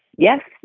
yes,